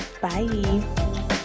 Bye